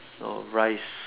know rice